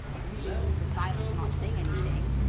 leaving room for silence and not saying anything.